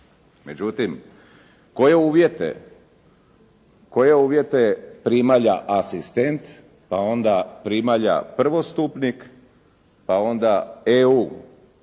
Međutim, koje uvjete primalja asistent pa onda primalja prvostupnik pa onda EU